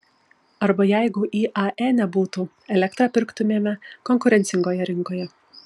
arba jeigu iae nebūtų elektrą pirktumėme konkurencingoje rinkoje